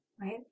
Right